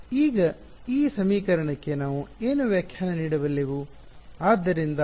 ಈಗ ಈ ಸಮೀಕರಣಕ್ಕೆ ನಾವು ಏನು ವ್ಯಾಖ್ಯಾನ ನೀಡಬಲ್ಲೆವು